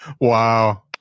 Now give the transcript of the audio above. Wow